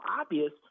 obvious